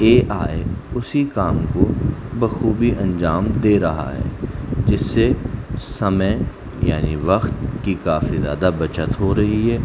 اے I اسی کام کو بخوبی انجام دے رہا ہے جس سے سمے یعنی وقت کی کافی زیادہ بچت ہو رہی ہے